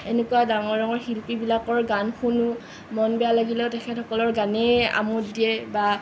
এনেকুৱা ডাঙৰ ডাঙৰ শিল্পীবিলাকৰ গান শুনো মন বেয়া লাগিলেও তেখেতসকলৰ গানেই আমোদ দিয়ে বা